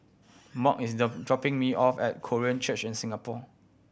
Mack is dropping me off at Korean Church in Singapore